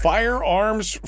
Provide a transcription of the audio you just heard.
Firearms